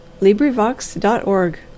LibriVox.org